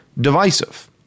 divisive